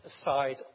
aside